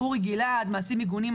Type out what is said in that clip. אורי גלעד מעשים מגונים,